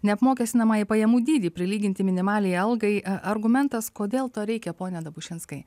neapmokestinamąjį pajamų dydį prilyginti minimaliai algai argumentas kodėl to reikia pone dabušinskai